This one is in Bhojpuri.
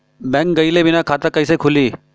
बैंक गइले बिना खाता कईसे खुली?